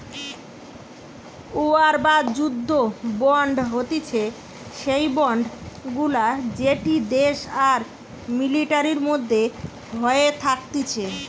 war বা যুদ্ধ bond হতিছে সেই বন্ড গুলা যেটি দেশ আর মিলিটারির মধ্যে হয়ে থাকতিছে